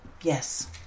Yes